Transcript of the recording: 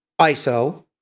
ISO